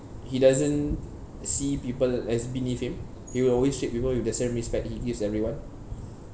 he doesn't see people as beneath him he will always treat people with the same respect he gives everyone